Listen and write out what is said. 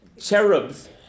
cherubs